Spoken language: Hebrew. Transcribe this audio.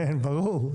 כן, ברור.